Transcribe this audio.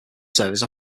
service